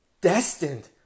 destined